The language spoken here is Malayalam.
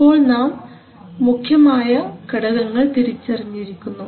ഇപ്പോൾ നാം മുഖ്യമായ ഘടകങ്ങൾ തിരിച്ചറിഞ്ഞിരിക്കുന്നു